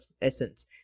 essence